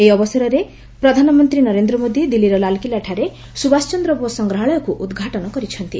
ଏହି ଅବସରରେ ପ୍ରଧାନମନ୍ତ୍ରୀ ନରେନ୍ଦ୍ର ମୋଦି ଦିଲ୍ଲୀର ଲାଲକିଲ୍ଲାଠାରେ ସୁଭାଷ ଚନ୍ଦ୍ରବୋଷ ସଂଗ୍ହାଳୟକ୍ତ ଉଦ୍ଘାଟନ କରିଛନ୍ତି